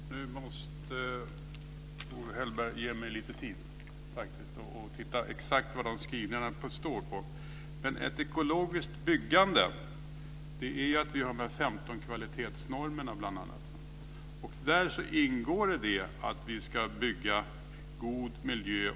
Fru talman! Nu måste Owe Hellberg ge mig lite tid så att jag kan se efter exakt vad som står i skrivningarna. Men ett ekologiskt byggande har med bl.a. de 15 kvalitetsnormerna att göra. Där ingår det att man ska bygga en god miljö.